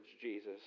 Jesus